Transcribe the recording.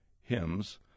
hymns